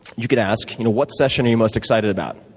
you could ask you know what session are you most excited about?